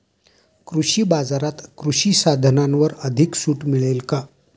कृषी बाजारात कृषी साधनांवर अधिक सूट मिळेल का?